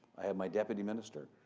i had my deputy minister